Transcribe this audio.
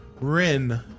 Rin